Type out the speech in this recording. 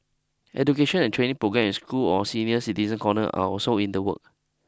education and training programmes in school or senior citizen corners are also in the work